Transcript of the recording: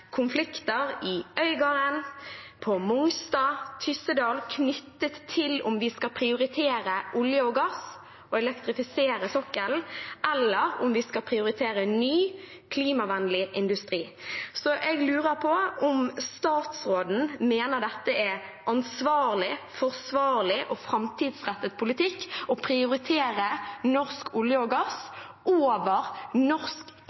konflikter i Øygarden, på Mongstad og i Tyssedal knyttet til om vi skal prioritere olje og gass og elektrifisere sokkelen, eller om vi skal prioritere ny, klimavennlig industri. Jeg lurer på om statsråden mener det er ansvarlig, forsvarlig og framtidsrettet politikk å prioritere norsk olje og gass over norsk